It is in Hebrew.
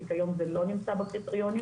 כי כיום זה לא נמצא בקריטריונים,